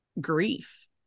grief